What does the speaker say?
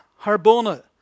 Harbona